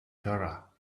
zora